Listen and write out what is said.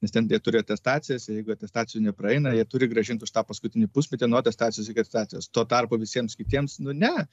nes ten jie turi atestacijas jeigu atestacijų nepraeina jie turi grąžint už tą paskutinį pusmetį nuo atestacijos iki atestacijos tuo tarpu visiems kitiems nu ne